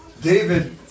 David